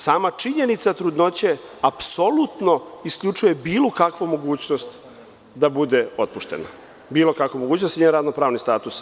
Sama činjenica trudnoće apsolutno isključuje bilo kakvu mogućnost da bude otpuštena, ili da poremeti njen radno-pravni status.